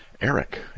Eric